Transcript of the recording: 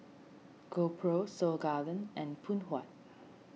GoPro Seoul Garden and Phoon Huat